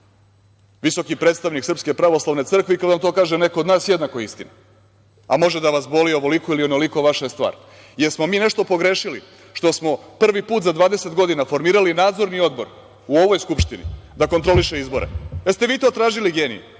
visoki predstavnik Srpske pravoslavne crkve i kada vam to kaže neko od nas – jednako je istina, a može da nas boli ovoliko ili onoliko, vaša je stvar. Jesmo mi nešto pogrešili što smo prvi put za 20 godina formirali Nadzorni odbor u ovoj Skupštini da kontroliše izbore? Jeste vi to tražili genije?